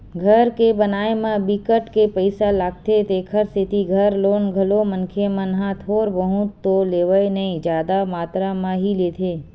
घर के बनाए म बिकट के पइसा लागथे तेखर सेती घर लोन घलो मनखे मन ह थोर बहुत तो लेवय नइ जादा मातरा म ही लेथे